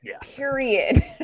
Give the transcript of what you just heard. period